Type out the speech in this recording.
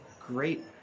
great